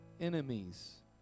enemies